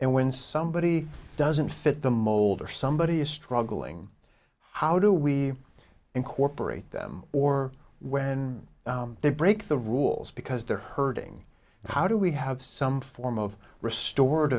and when somebody doesn't fit the mold or somebody is struggling how do we incorporate them or when they break the rules because they're hurting how do we have some form of restored